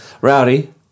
Rowdy